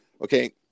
Okay